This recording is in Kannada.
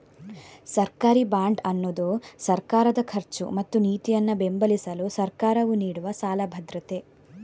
ಸರ್ಕಾರಿ ಬಾಂಡ್ ಅನ್ನುದು ಸರ್ಕಾರದ ಖರ್ಚು ಮತ್ತು ನೀತಿಯನ್ನ ಬೆಂಬಲಿಸಲು ಸರ್ಕಾರವು ನೀಡುವ ಸಾಲ ಭದ್ರತೆ